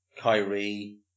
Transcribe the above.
Kyrie